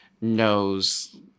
knows